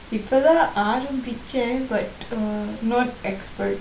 இப்பதான் ஆரம்பிச்சே:ippathaan aarambiche but uh not expert